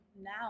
now